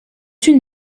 une